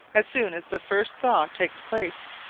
as soon as the first thaw takes place,